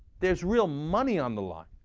there's real money on the line.